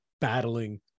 battling